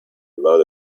lot